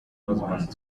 husband